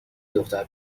دختر